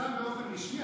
פורסם באופן רשמי?